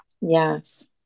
yes